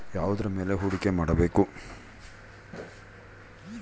ಯಾವುದರ ಮೇಲೆ ಹೂಡಿಕೆ ಮಾಡಬೇಕು?